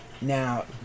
now